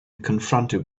confronted